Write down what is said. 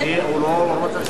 נכחו.